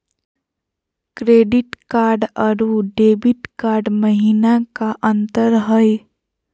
Credit card अरू debit card महिना का अंतर हई?